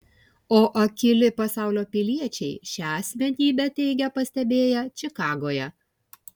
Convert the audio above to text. o akyli pasaulio piliečiai šią asmenybę teigia pastebėję čikagoje